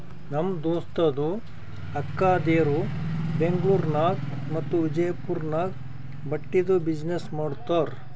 ನಮ್ ದೋಸ್ತದು ಅಕ್ಕಾದೇರು ಬೆಂಗ್ಳೂರ್ ನಾಗ್ ಮತ್ತ ವಿಜಯಪುರ್ ನಾಗ್ ಬಟ್ಟಿದ್ ಬಿಸಿನ್ನೆಸ್ ಮಾಡ್ತಾರ್